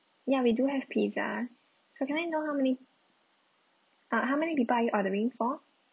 ya we do have pizza so can I know how many uh how many people are you ordering for